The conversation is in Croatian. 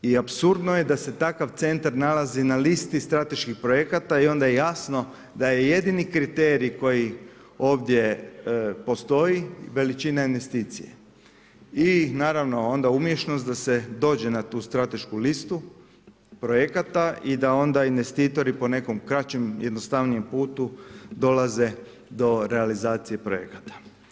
I apsurdno je da se takav centar nalazi na listi strateških projekata i onda je jasno da je jedini kriterij koji ovdje postoji veličina investicije i naravno onda umješnost da se dođe na tu stratešku listu projekata i da onda investitori po nekom kraćem, jednostavnijem putu dolaze do realizacije projekata.